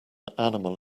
animal